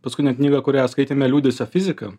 paskutinę knygą kurią skaitėme liūdesio fizika